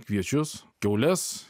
kviečius kiaules